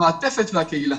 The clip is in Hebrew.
המעטפת והקהילה.